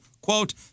quote